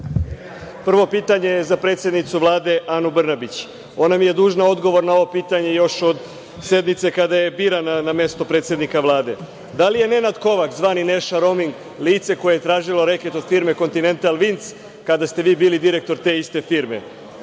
Prvo pitanje za predsednicu Vlade Anu Brnabić. Ona mi je dužna odgovor na ovo pitanje još od sednice kada je birana na mesto predsednika Vlade. Da li je Nenad Kovač, zvani Neša roming, lice koje je tražilo reket od firme „Kontinental Vinc“ kada ste vi bili direktor te iste firme?